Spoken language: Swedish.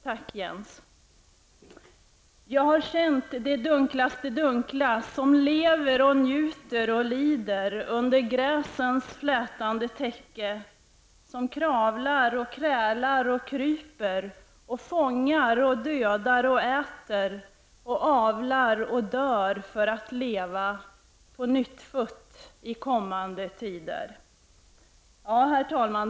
Tack, Jens Eriksson ''Jag har känt det dunklaste dunkla, som lever och njuter och lider som kravlar och krälar och kryper och fångar och dödar och äter och avlar och dör för att leva pånyttfött i kommande tider...'' Herr talman!